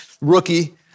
Rookie